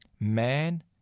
Man